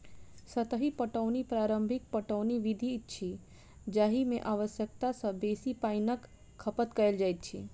सतही पटौनी पारंपरिक पटौनी विधि अछि जाहि मे आवश्यकता सॅ बेसी पाइनक खपत कयल जाइत अछि